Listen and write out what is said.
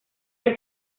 del